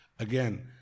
Again